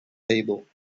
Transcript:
table